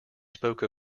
spoke